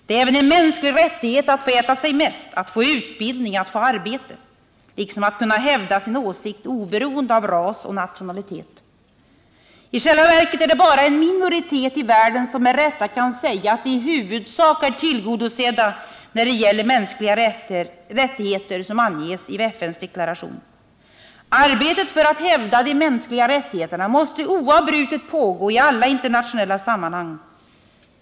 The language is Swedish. Det är även en mänsklig rättighet att få äta sig mätt, att få utbildning, att få arbete, liksom att kunna hävda sin åsikt oberoende av ras och nationalitet. I själva verket är det bara en minoritet i världen som med rätta kan säga att de i huvudsak är tillgodosedda när det gäller mänskliga rättigheter som anges i FN:s deklaration. Arbetet för att hävda de mänskliga rättigheterna måste oavbrutet pågå i alla internationella sammanhang.